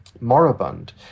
moribund